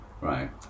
right